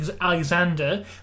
Alexander